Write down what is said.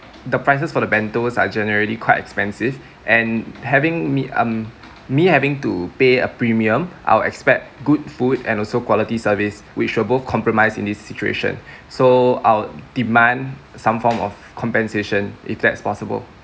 the prices for the bentos are generally quite expensive and having me um me having to pay a premium I'll expect good food and also quality service which were both compromised in this situation so I'll demand some form of compensation if that's possible